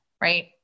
right